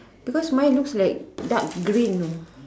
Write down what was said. because mine looks like dark green